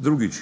Drugič,